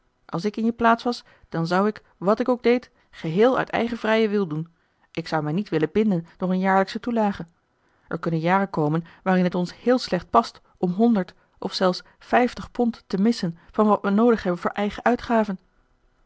als ik in je plaats was dan zou ik wàt ik ook deed geheel uit eigen vrijen wil doen ik zou mij niet willen binden door een jaarlijksche toelage er kunnen jaren komen waarin t ons heel slecht past om honderd of zelfs vijftig pond te missen van wat we noodig hebben voor eigen uitgaven